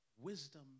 Wisdom